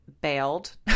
bailed